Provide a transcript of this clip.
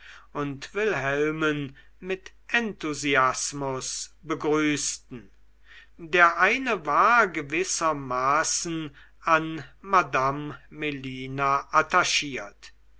und wilhelmen mit enthusiasmus begrüßten der eine war gewissermaßen an madame melina attachiert